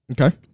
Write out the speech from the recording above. okay